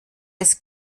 des